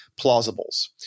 plausibles